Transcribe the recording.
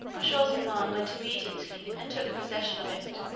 shaw-zummaun went immediately and took possession of it,